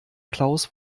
klaus